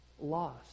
lost